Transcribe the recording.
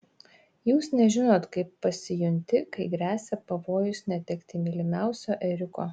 jūs nežinot kaip pasijunti kai gresia pavojus netekti mylimiausio ėriuko